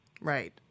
Right